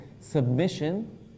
Submission